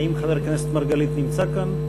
האם חבר הכנסת מרגלית נמצא כאן?